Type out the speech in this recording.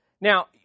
Now